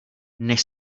než